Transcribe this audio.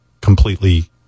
completely